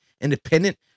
independent